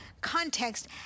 context